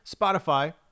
Spotify